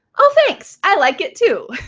oh, thanks. i like it, too.